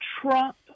Trump